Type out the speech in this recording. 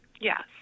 Yes